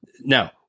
Now